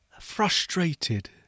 frustrated